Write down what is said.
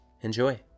Enjoy